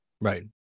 Right